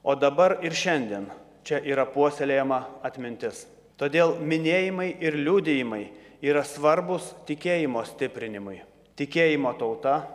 o dabar ir šiandien čia yra puoselėjama atmintis todėl minėjimai ir liudijimai yra svarbūs tikėjimo stiprinimui tikėjimo tauta